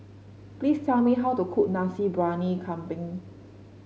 please tell me how to cook Nasi Briyani Kambing